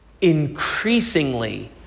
increasingly